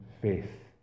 faith